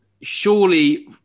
surely